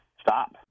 stop